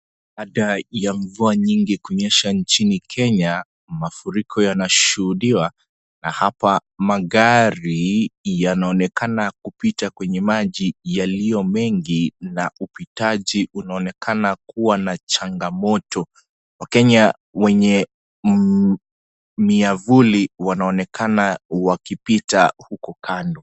Baada ya mvuaa nyingi kunyesha nchini Kenya, mafuriko yanashuhudiwa na hapa magari yanaonekana kupita kwenye maji yaliyomengi na upitaji unaonekana kuwa na changamoto. Wakenya wenye miavuli wanaonekana wakipita huko kando.